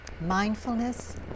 Mindfulness